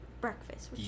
breakfast